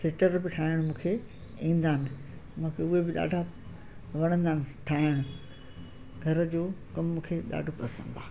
sweater बि ठाइण मूंखे ईंदा आइन माखे उए बि ॾाढा वणंदा आइन ठाइण घर जो कम मुखे ॾाढो पसंद आ